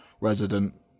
resident